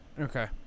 Okay